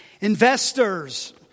Investors